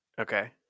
Okay